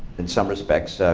in some respects,